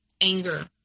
anger